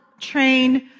train